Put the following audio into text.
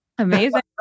Amazing